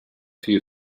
few